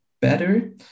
better